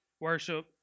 Worship